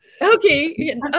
Okay